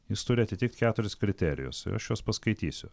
jis turi atitikt keturis kriterijus ir aš juos paskaitysiu